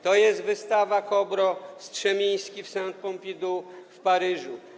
To jest wystawa Kobro i Strzemiński w Centre Pompidou w Paryżu.